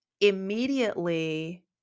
immediately